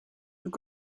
tout